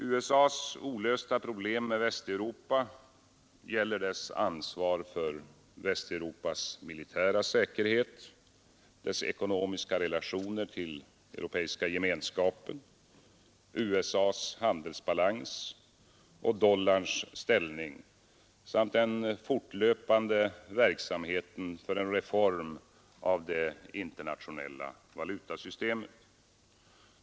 USA:s olösta problem mot Västeuropa gäller dess ansvar för Västeuropas militära säkerhet, dess ekonomiska relationer till EG, USA:s handelsbalans och dollarns ställning samt den fortlöpande verksamheten för en reform av det internationella valutasystemet.